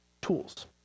tools